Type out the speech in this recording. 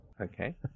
Okay